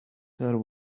there